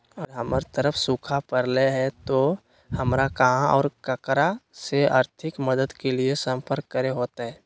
अगर हमर तरफ सुखा परले है तो, हमरा कहा और ककरा से आर्थिक मदद के लिए सम्पर्क करे होतय?